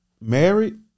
married